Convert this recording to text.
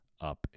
up